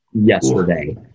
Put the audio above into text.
yesterday